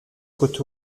côtés